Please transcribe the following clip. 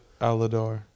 Aladar